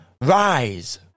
Rise